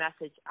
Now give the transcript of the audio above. message